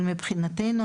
אבל מבחינתנו,